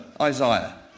Isaiah